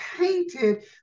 painted